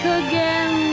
again